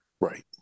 Right